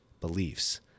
beliefs